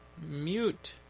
Mute